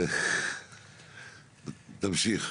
תמשיך.